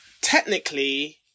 technically